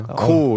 cool